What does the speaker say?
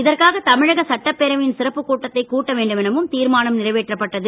இதற்காக தமிழக சட்டப்பேரவையின் சிறப்பு கூட்டத்தை கூட்ட வேண்டும் எனவும் தீர்மானம் நிறைவேற்றப்பட்டது